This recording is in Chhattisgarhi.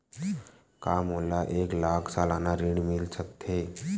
का मोला एक लाख सालाना ऋण मिल सकथे?